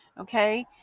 Okay